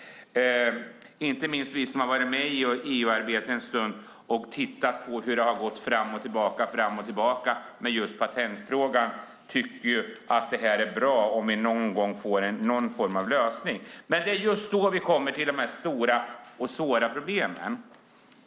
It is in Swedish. Inte minst vi som har varit med i EU-arbetet ett tag och sett hur det har gått fram och tillbaka med just patentfrågan tycker att det är bra om den någon gång får någon form av lösning. Men det är just då vi kommer till de stora och svåra problemen.